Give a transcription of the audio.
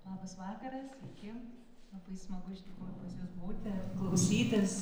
labas vakaras sveiki labai smagu iš tikrųjų pas jus būti klausytis